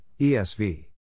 ESV